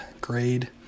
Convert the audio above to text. grade